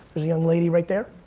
there's a young lady right there.